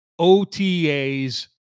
OTAs